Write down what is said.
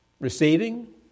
Receiving